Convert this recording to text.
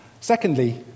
Secondly